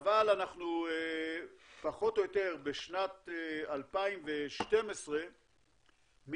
אבל פחות או יותר בשנת 2012 אנחנו מתייצבים